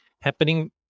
happening